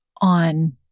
on